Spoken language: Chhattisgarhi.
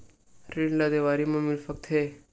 ऋण ला देवारी मा मिल सकत हे